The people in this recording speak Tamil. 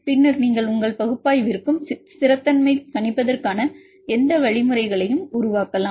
பின்னர் நீங்கள் உங்கள் பகுப்பாய்விற்கும் ஸ்திரத்தன்மையைக் கணிப்பதற்கான எந்த வழிமுறைகளையும் உருவாக்கலாம்